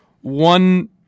one